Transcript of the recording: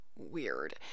weird